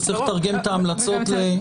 אז צריך לתרגם את ההמלצות למעשים.